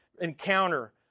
encounter